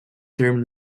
term